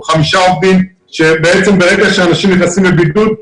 חמישה עובדים שברגע שהאנשים נכנסים לבידוד,